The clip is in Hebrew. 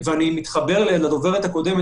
לצערי,